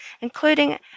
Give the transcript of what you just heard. including